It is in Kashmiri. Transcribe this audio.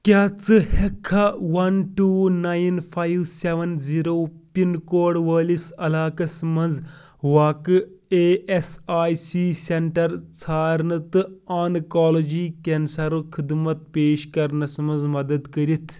کیٛاہ ژٕ ہؠکٕکھا one two nine five seven zero pin code وٲلِس علاقس مَنٛز واقعہٕ A S I C centre ژھارنہٕ تہٕ آنکولوجی کینسَرُک خٔدمت پیش کَرنس مَنٛز مدد کٔرِتھ